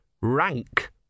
rank